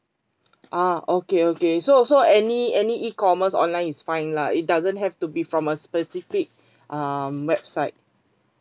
ah okay okay so so any any E commerce online is fine lah it doesn't have to be from a specific um website